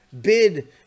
bid